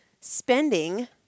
spending